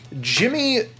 Jimmy